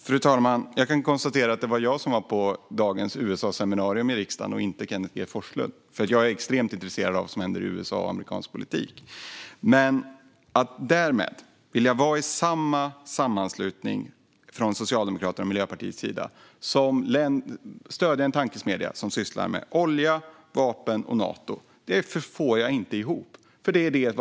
Fru talman! Låt mig konstatera att det var jag som var på dagens USA-seminarium i riksdagen och inte Kenneth G Forslund. Jag är nämligen extremt intresserad av amerikansk politik och vad som händer i USA. Men att Socialdemokraterna och Miljöpartiet stödjer en tankesmedja som sysslar med olja, vapen och Nato får jag inte ihop.